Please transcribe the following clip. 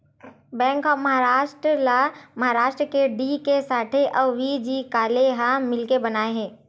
bank of Maharashtra ल महारास्ट के D K Sathe अउ व्ही.जी काले ह मिलके बनाए हे